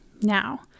Now